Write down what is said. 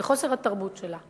בחוסר התרבות שלה,